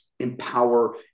Empower